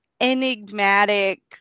enigmatic